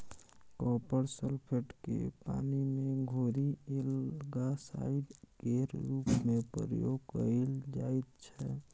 copper sulphate केँ पानि मे घोरि एल्गासाइड केर रुप मे प्रयोग कएल जाइत छै